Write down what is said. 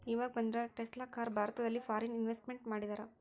ಈವಾಗ ಬಂದಿರೋ Tesla car ಭಾರತದಲ್ಲಿ ಫಾರಿನ್ ಇನ್ವೆಸ್ಟ್ಮೆಂಟ್ ಮಾಡಿದರಾ